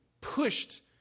Pushed